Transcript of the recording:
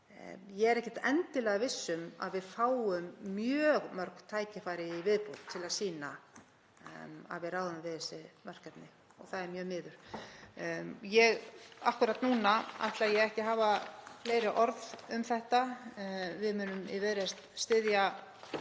Ég er ekkert endilega viss um að við fáum mjög mörg tækifæri í viðbót til að sýna að við ráðum við þessi verkefni og það er mjög miður. Akkúrat núna ætla ég ekki að hafa fleiri orð um þetta. Við í Viðreisn munum